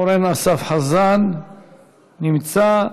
אורן אסף חזן נמצא.